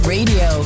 Radio